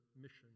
mission